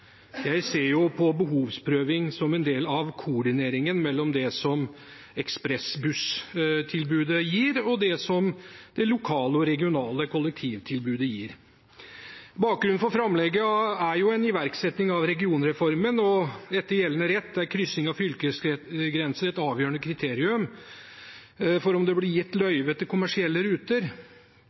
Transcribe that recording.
Jeg ser på behovsprøving som en del av koordineringen mellom det som ekspressbusstilbudet gir, og det som det lokale og regionale kollektivtilbudet gir. Bakgrunnen for framlegget er en iverksetting av regionreformen. Etter gjeldende rett er kryssing av fylkesgrenser et avgjørende kriterium for om det blir gitt løyve til kommersielle ruter.